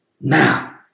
now